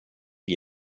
gli